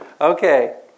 Okay